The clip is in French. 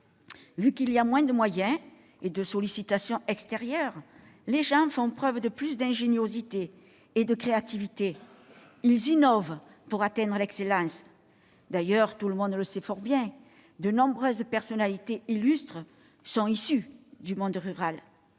Vu qu'ils ont moins de moyens et de sollicitations extérieures, ils font preuve d'une ingéniosité et d'une créativité plus grandes, innovant pour atteindre à l'excellence. D'ailleurs, tout le monde sait fort bien que de nombreuses personnalités illustres sont issues du monde rural.